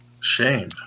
Shame